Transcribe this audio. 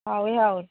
ꯍꯥꯎꯋꯤ ꯍꯥꯎꯋꯤ